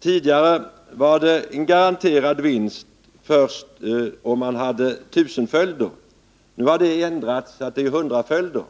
Tidigare var det en garanterad vinst först om man hade tusenföljder. Nu har det ändrats, så att man skall ha hundraföljder.